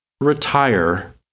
retire